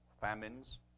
famines